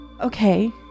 Okay